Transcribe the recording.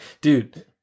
Dude